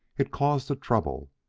it caused the trouble.